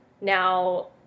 now